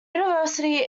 university